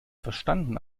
verstanden